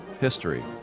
history